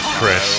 Chris